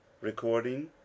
Recording